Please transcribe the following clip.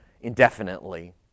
indefinitely